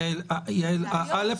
יעל, א'.